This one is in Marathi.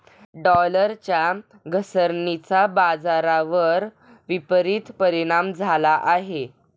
डॉलरच्या घसरणीचा बाजारावर विपरीत परिणाम झाला आहे